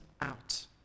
out